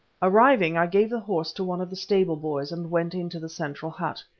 arriving, i gave the horse to one of the stable boys, and went into the central hut.